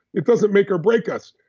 it doesn't make or break us.